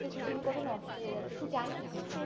প্রতিদিন কত নষ্ট হয়ে যাচ্ছে তুই জানিস